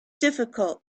difficult